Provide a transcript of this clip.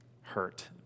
hurt